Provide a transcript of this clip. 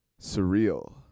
surreal